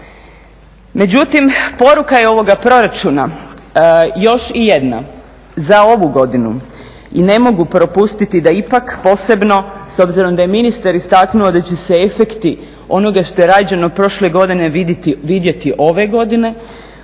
Međutim poruka je ovoga proračuna još jedna, za ovu godinu ne mogu propustiti da ipak posebno, s obzirom da je ministar istaknuo da će se efekti onoga što je rađeno prošle godine vidjeti ove godine,